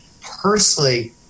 personally